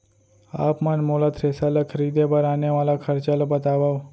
आप मन मोला थ्रेसर ल खरीदे बर आने वाला खरचा ल बतावव?